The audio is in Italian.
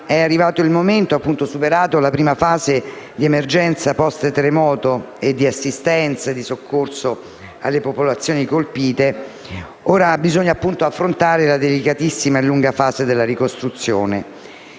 è arrivato il momento, superata la prima fase di emergenza *post* terremoto e di assistenza e soccorso alle popolazioni colpite, di affrontare la delicatissima e lunga fase della ricostruzione.